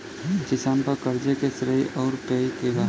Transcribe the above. किसान पर क़र्ज़े के श्रेइ आउर पेई के बा?